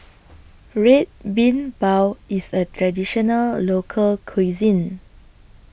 Red Bean Bao IS A Traditional Local Cuisine